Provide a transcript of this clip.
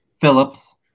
Phillips